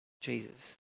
Jesus